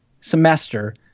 semester